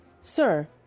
sir